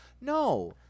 No